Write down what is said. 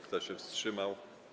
Kto się wstrzymał?